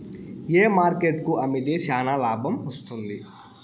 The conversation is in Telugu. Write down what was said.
ఏ మార్కెట్ కు అమ్మితే చానా లాభం వస్తుంది?